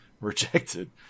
rejected